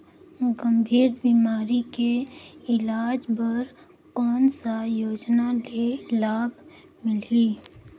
गंभीर बीमारी के इलाज बर कौन सा योजना ले लाभ मिलही?